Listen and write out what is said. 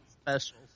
Special